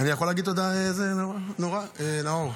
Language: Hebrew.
אני יכול להגיד תודה לנהוראי, נאור?